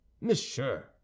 Monsieur